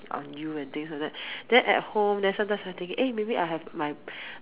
on you and things like that then at home then sometimes I think eh maybe I have my